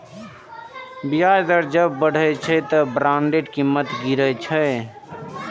ब्याज दर जब बढ़ै छै, बांडक कीमत गिरै छै